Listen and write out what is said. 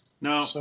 No